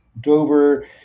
Dover